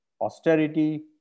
austerity